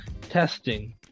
Testing